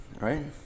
right